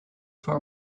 for